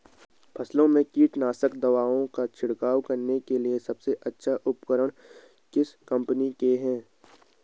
फसलों में कीटनाशक दवाओं का छिड़काव करने के लिए सबसे अच्छे उपकरण किस कंपनी के हैं?